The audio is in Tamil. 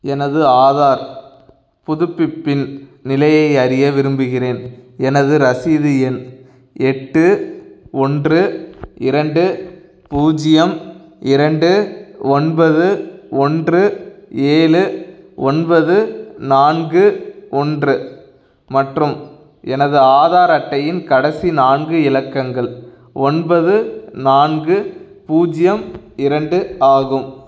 எனது ஆதார் புதுப்பிப்பின் நிலையை அறிய விரும்புகிறேன் எனது ரசீது எண் எட்டு ஒன்று இரண்டு பூஜ்ஜியம் இரண்டு ஒன்பது ஒன்று ஏழு ஒன்பது நான்கு ஒன்று மற்றும் எனது ஆதார் அட்டையின் கடைசி நான்கு இலக்கங்கள் ஒன்பது நான்கு பூஜ்ஜியம் இரண்டு ஆகும்